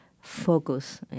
focus